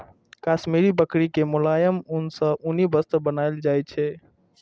काश्मीरी बकरी के मोलायम ऊन सं उनी वस्त्र बनाएल जाइ छै